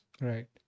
right